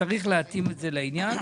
וצריך להתאים את זה לעניין.